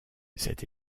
cette